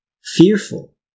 Fearful